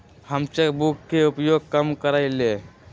हम cheque book के उपयोग कम करइले